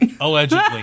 allegedly